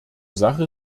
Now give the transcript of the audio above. sache